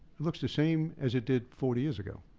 it looks the same as it did forty years ago.